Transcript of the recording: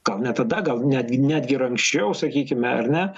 gal ne tada gal netgi netgi ir anksčiau sakykime ar ne